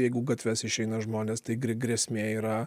jeigu gatves išeina žmonės tai grė grėsmė yra